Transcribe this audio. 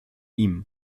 ihm